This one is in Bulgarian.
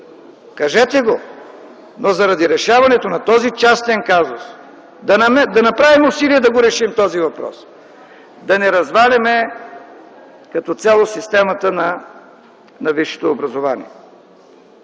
кажете го! Но заради решаването на този частен казус, да направим усилие да го решим този въпрос, да не разваляме като цяло системата на висшето образование.